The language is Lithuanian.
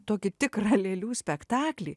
tokį tikrą lėlių spektaklį